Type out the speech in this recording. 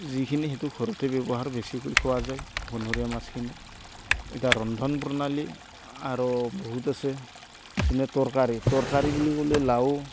যিখিনি সেইটো ঘৰতে ব্যৱহাৰ বেছিকৈ খোৱা যায় বনৰীয়া মাছখিনি এতিয়া ৰন্ধন প্ৰণালী আৰু বহুত আছে যেনে তৰকাৰী তৰকাৰী বুলি ক'লে লাও